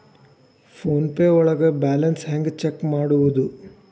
Phone pay ಒಳಗ balance ಹೆಂಗ್ check ಮಾಡುವುದು?